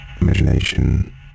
imagination